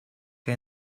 che